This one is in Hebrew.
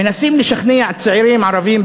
מנסים לשכנע צעירים ערבים,